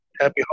happy